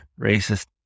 racist